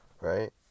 right